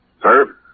Sir